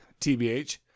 TBH